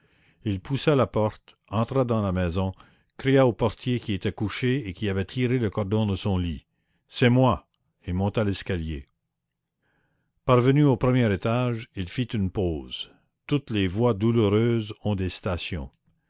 il poussa la porte entra dans la maison cria au portier qui était couché et qui avait tiré le cordon de son lit c'est moi et monta l'escalier parvenu au premier étage il fit une pause toutes les voies douloureuses ont des stations